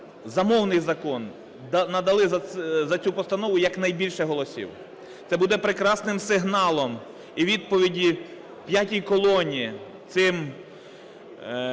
за мовний закон, надали за цю постанову якнайбільше голосів. Це буде прекрасним сигналом і відповіддю "п'ятій колоні", цим,